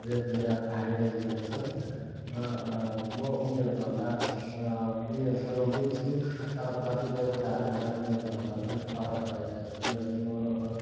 हजुर मेरा भाइबहिनीहरू छन् र म उनीहरू भन्दा उनीहरूसँग मिल्छु तर कितपय कुराहरूमा उनीहरूभन्दा पनि फरक रहेको छु किनभने म अब